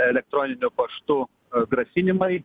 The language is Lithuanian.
elektroniniu paštu grasinimai